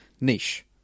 niche